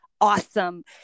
Awesome